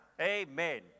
Amen